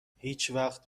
هیچوقت